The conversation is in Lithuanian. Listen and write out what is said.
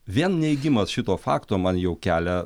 vien neigimas šito fakto man jau kelia